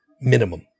minimum